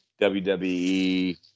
WWE